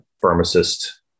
pharmacist